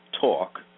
Talk